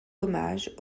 hommage